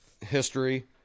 history